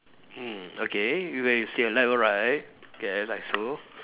mm okay you where you see your left or right yes I also